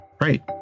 Right